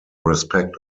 respect